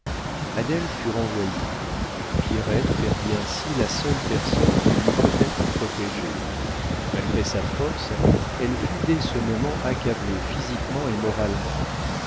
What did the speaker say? adèle fut renvoyée pierrette perdit ainsi la seule personne qui l'eût peut-être protégée malgré sa force elle fut dès ce moment accablée physiquement et moralement